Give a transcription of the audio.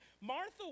Martha